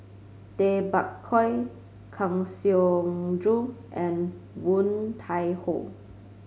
Tay Bak Koi Kang Siong Joo and Woon Tai Ho